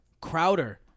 Crowder